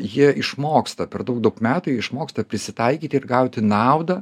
jie išmoksta per daug daug metų jie išmoksta prisitaikyti ir gauti naudą